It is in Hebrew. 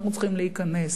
אנחנו צריכים להיכנס.